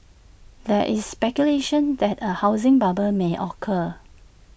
there is speculation that A housing bubble may occur